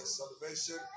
salvation